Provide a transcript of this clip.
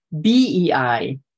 BEI